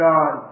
God